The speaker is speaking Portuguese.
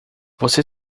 você